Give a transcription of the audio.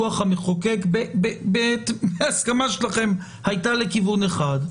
רוח המחוקק בהסכמה שלכם הייתה לכיוון אחד,